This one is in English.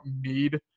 need